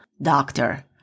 Doctor